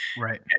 Right